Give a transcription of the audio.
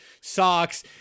socks